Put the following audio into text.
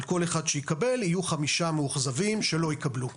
על כל אחד שיקבל יהיו חמישה מאוכזבים שלא יקבלו.